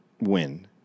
Win